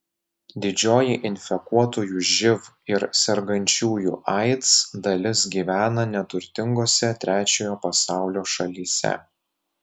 didžioji infekuotųjų živ ir sergančiųjų aids dalis gyvena neturtingose trečiojo pasaulio šalyse